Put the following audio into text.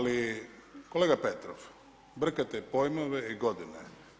Ali kolega Petrov, brkate pojmove i godine.